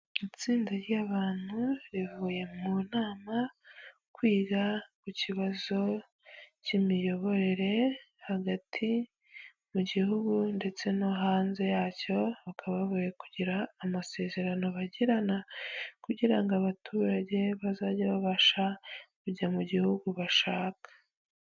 Itsinda ry'abantu rivuye mu nama kwiga ku kibazo cy'imiyoborere, hagati mu gihugu ndetse no hanze yacyo, bakaba bavuye kugira amasezerano bagirana kugira ngo abaturage bazajye babasha kujya mu gihugu bashaka.